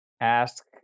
Ask